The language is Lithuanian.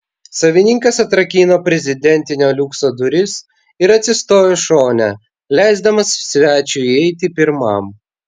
savininkas atrakino prezidentinio liukso duris ir atsistojo šone leisdamas svečiui įeiti pirmam